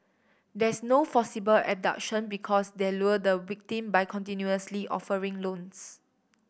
there's no forcible abduction because they lure the victim by continuously offering loans